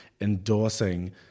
endorsing